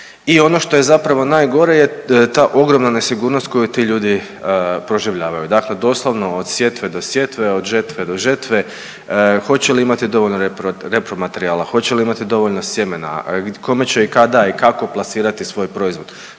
I ono što je zapravo najgore je ta ogromna nesigurnost koju ti ljudi proživljavaju, dakle doslovno od sjetve do sjetve, od žetve do žetve, hoće li imati dovoljno repromaterijala, hoće li imati dovoljno sjemena, kome će i kada i kako plasirati svoj proizvod